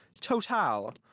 total